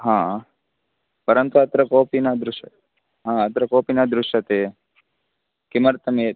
परन्तु अत्र कोऽपि न दृश् अत्र कोऽपि न दृश्यते किमर्थं ये